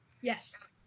Yes